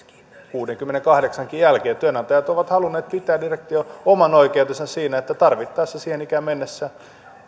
kuudenkymmenenkahdeksan vuoden jälkeenkin työnantajat ovat halunneet pitää oman oikeutensa siinä että tarvittaessa siihen ikään mennessä